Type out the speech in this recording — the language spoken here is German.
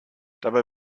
dabei